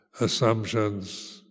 assumptions